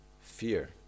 fear